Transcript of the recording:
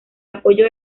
apoyo